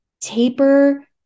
taper